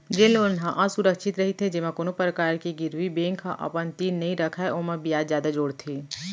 जेन लोन ह असुरक्छित रहिथे जेमा कोनो परकार के गिरवी बेंक ह अपन तीर नइ रखय ओमा बियाज जादा जोड़थे